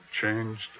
changed